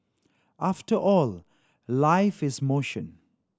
after all life is motion